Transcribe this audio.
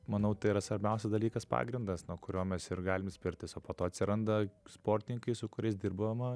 manau tai yra svarbiausias dalykas pagrindas nuo kurio mes ir galim spirtis o po to atsiranda sportininkai su kuriais dirbama